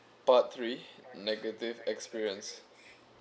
part three negative experience